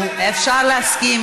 אפשר להסכים,